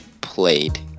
played